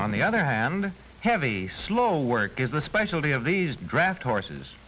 on the other hand heavy slow work is the specialty of these draft horses